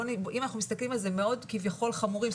אם אנחנו מסתכלים על זה כמאוד כביכול חמורים,